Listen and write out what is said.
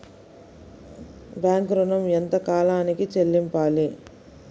Bank ఋణం ఎంత కాలానికి చెల్లింపాలి?